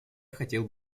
хотел